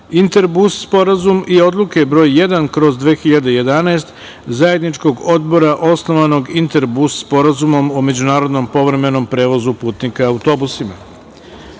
(Interbus sporazum) i Odluke br. 1/2011 Zajedničkog odbora osnovanog Interbus sporazumom o međunarodnom povremenom prevozu putnika autobusima. Da